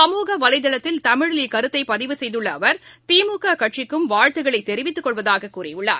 சமூகவலைதளத்தில் தமிழில் இக்கருத்தை பதிவு செய்துள்ள அவர் திமுக கட்சிக்கும் வாழ்த்துக்களை தெரிவித்துக் கொள்வதாக கூறியுள்ளார்